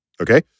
Okay